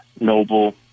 noble